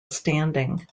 standing